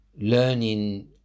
learning